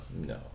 no